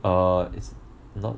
err it's not